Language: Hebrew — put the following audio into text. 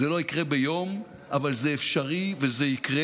זה לא יקרה ביום, אבל זה אפשרי, וזה יקרה.